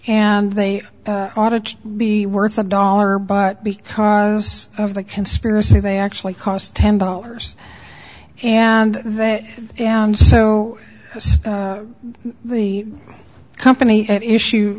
and they ought to be worth a dollar but because of the conspiracy they actually cost ten dollars and they and so the company at issue